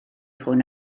hwn